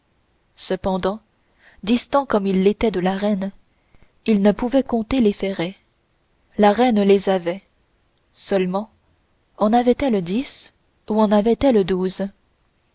cependant distants comme ils l'étaient de la reine ils ne pouvaient compter les ferrets la reine les avait seulement en avait-elle dix ou en avait-elle douze